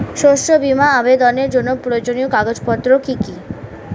শস্য বীমা আবেদনের জন্য প্রয়োজনীয় কাগজপত্র কি কি?